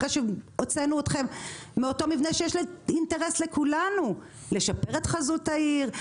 אחרי שהוצאנו אתכם מאותו מבנה שיש אינטרס לכולנו לשפר את חזות העיר,